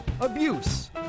abuse